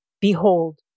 Behold